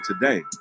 today